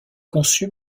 conçue